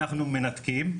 אנחנו מנתקים,